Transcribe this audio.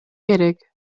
керек